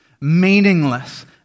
Meaningless